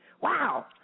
wow